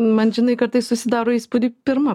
man žinai kartais susidaro įspūdį pirma